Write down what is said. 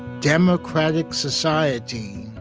democratic society,